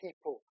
people